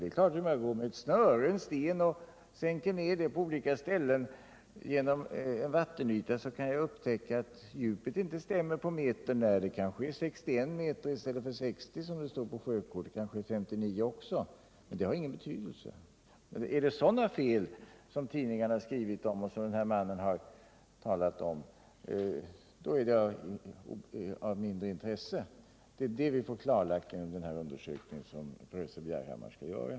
Det är klart att jag, om jag på olika ställen på en vattenyta sänker ned en sten fastsatt på ett snöre, kan upptäcka att djupet inte stämmer på en meter när. Det är kanske 61 m i stället för 60 m. som det står på sjökortet, eller kanske 59 m, men det har ingen betydelse. Är det sådana fel som tidningarna skrivit om och som den här mannen talat om, är det av mindre intresse. Det är detta som vi får klarlagt genom den undersökning som professor Bjerhammar skall göra.